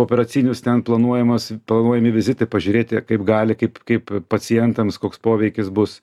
operacinius ten planuojamas planuojami vizitai pažiūrėti kaip gali kaip kaip pacientams koks poveikis bus